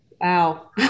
Wow